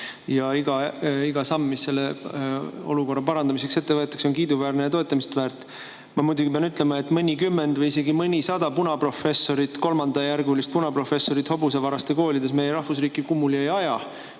ja iga samm, mis selle olukorra parandamiseks ette võetakse, on kiiduväärne ja toetamist väärt. Ma muidugi pean ütlema, et mõnikümmend või isegi mõnisada punaprofessorit, kolmandajärgulist punaprofessorit hobusevaraste koolides meie rahvusriiki kummuli ei aja,